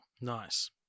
nice